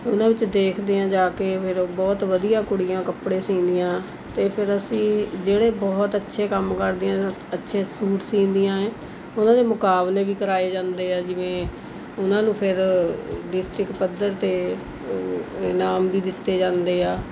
ਉਹਨਾਂ ਵਿੱਚ ਦੇਖਦੇ ਹਾਂ ਜਾ ਕੇ ਫੇਰ ਬਹੁਤ ਵਧੀਆ ਕੁੜੀਆਂ ਕੱਪੜੇ ਸਿਉਂਦੀਆਂ ਅਤੇ ਫਿਰ ਅਸੀਂ ਜਿਹੜੇ ਬਹੁਤ ਅੱਛੇ ਕੰਮ ਕਰਦੀਆਂ ਜਾਂ ਅੱਛੇ ਸੂਟ ਸਿਉਂਦੀਆਂ ਹੈ ਉਹਨਾਂ ਦੇ ਮੁਕਾਬਲੇ ਵੀ ਕਰਵਾਏ ਜਾਂਦੇ ਹੈ ਜਿਵੇਂ ਉਹਨਾਂ ਨੂੰ ਫੇਰ ਡਿਸਟਰਿਕਟ ਪੱਧਰ 'ਤੇ ਇਨਾਮ ਵੀ ਦਿੱਤੇ ਜਾਂਦੇ ਹੈ